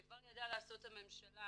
שכבר ידעה לעשות הממשלה